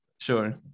Sure